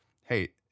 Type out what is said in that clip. hey